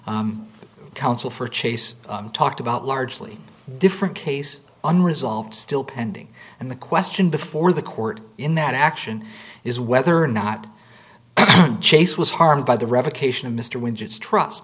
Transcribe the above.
the counsel for chase talked about largely different case unresolved still pending and the question before the court in that action is whether or not chase was harmed by the revocation of mr winters trust